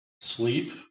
sleep